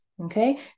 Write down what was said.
Okay